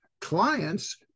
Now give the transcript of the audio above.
clients